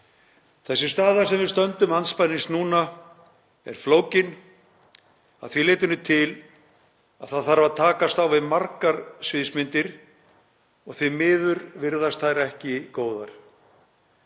Þessi staða sem við stöndum andspænis núna er flókin að því leytinu til að það þarf að takast á við margar sviðsmyndir og því miður virðast þær ekki góðar.